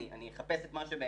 אני אחפש את מה שבאמת